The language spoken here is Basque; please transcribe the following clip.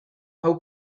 hau